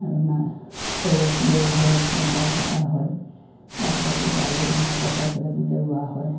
আৰু না তগৰ ফুলৰ ধৰক ডাল কটা হয় ডাল কাটি ডাল পচাই পেলাই তেনেকৈ ৰুৱা হয়